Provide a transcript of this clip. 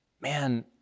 Man